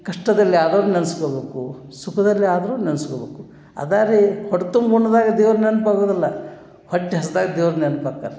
ಕಷ್ಟದಲ್ಲಿ ಆಗೋರ್ನ ನೆನ್ಸ್ಕೊಳ್ಬೇಕು ಸುಖದಲ್ಲಿ ಆದ್ರೂ ನೆನ್ಸ್ಕೊಳ್ಬೇಕು ಅದಾರೀ ಹೊಟ್ಟೆ ತುಂಬ ಉಂಡಾಗ ದೇವ್ರು ನೆನ್ಪು ಆಗುವುದಿಲ್ಲ ಹೊಟ್ಟೆ ಹಸ್ದಾಗ ದೇವ್ರು ನೆನ್ಪು ಆಕ್ಕಾರೆ